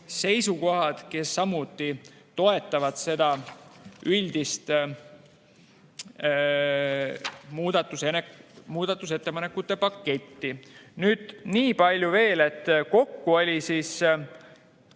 seisukohad, need samuti toetavad seda üldist muudatusettepanekute paketti. Niipalju veel, et kokku oli üle